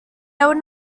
would